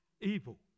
Evil